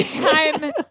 time